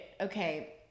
okay